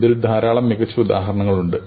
ഇതിൽ ധാരാളം മികച്ച ഉദാഹരണങ്ങളുണ്ട്